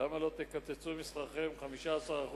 למה לא תקצצו משכרכם 15%,